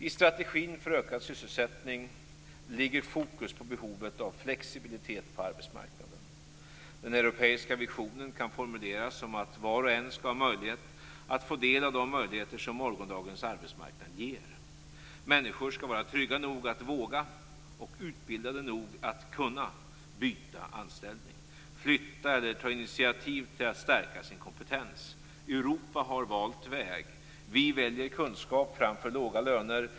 I strategin för ökad sysselsättning ligger fokus på behovet av flexibilitet på arbetsmarknaden. Den europeiska visionen kan formuleras som att var och en skall ha möjlighet att få del av de möjligheter som morgondagens arbetsmarknad ger. Människor skall vara trygga nog att våga och utbildade nog att kunna byta anställning, flytta eller ta initiativ till att stärka sin kompetens. Europa har valt väg. Vi väljer kunskap framför låga löner.